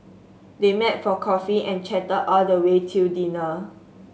they met for coffee and chatted all the way till dinner